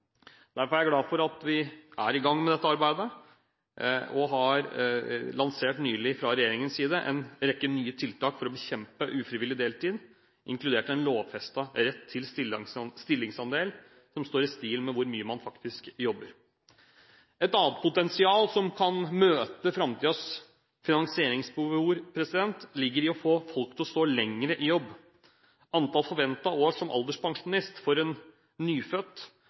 Derfor er jeg glad for at vi er i gang med dette arbeidet. Regjeringen har nylig lansert en rekke nye tiltak for å bekjempe ufrivillig deltid, inkludert en lovfestet rett til en stillingsandel som står i stil med hvor mye man faktisk jobber. Et annet potensial som kan møte framtidens finansieringsbehov, ligger i å få folk til å stå lenger i jobb. Antall forventede år som alderspensjonist for en nyfødt